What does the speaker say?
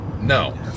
No